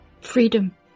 freedom